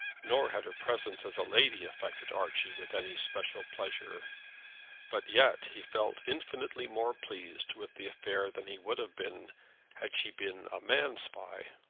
nor had her presence as a lady affected archie with any special pleasure but yet he felt infinitely more pleased with the affair than he would have been had she been a man spy.